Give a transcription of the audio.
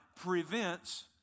prevents